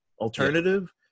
alternative